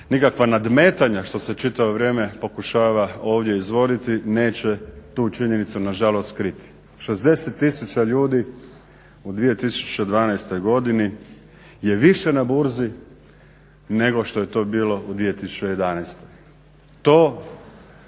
nikakva nadmetanja što se čitavo vrijeme pokušava ovdje izvoditi neće tu činjenicu na žalost skriti. 60000 ljudi u 2012. godini je više na burzi nego što je to bilo u 2011. To